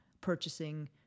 purchasing